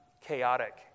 chaotic